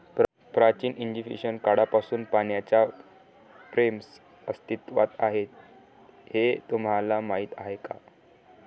प्राचीन इजिप्शियन काळापासून पाण्याच्या फ्रेम्स अस्तित्वात आहेत हे तुम्हाला माहीत आहे का?